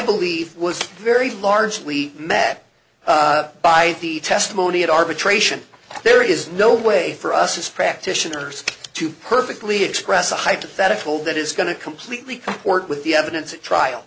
believe was very largely met by the testimony of arbitration there is no way for us is practitioners to perfectly express a hypothetical that is going to completely work with the evidence at trial